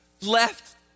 left